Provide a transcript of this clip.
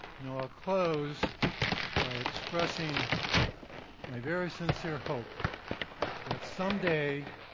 you know i'll close by expressing my very sincere hope that someday,